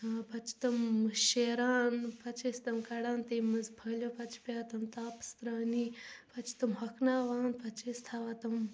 ٲں پتہٕ چھِ تِم شیران پتہِ چھِ أسۍ تِم کڑان تمہِ منٛز پھَلیٚو پتہٕ چھِ پیٚوان تِم تاپس تراونہِ پتہٕ چھِ تِم ہۄکھناوان پتہٕ چھِ أسۍ تھاوان تِم